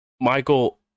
Michael